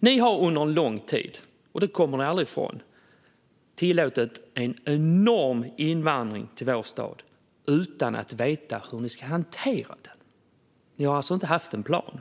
Ni har under lång tid - det kommer ni aldrig ifrån - tillåtit en enorm invandring till vår stad utan att veta hur ni ska hantera det. Ni har alltså inte haft en plan.